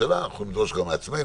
מהממשלה נדרוש גם מעצמנו.